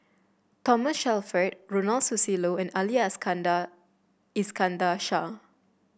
Thomas Shelford Ronald Susilo and Ali Iskandar Shah